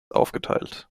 aufgeteilt